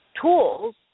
tools